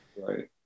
right